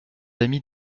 amis